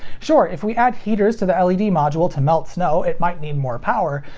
sure, if we add heaters to the led module to melt snow it might need more power,